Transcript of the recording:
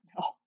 No